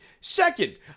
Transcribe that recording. Second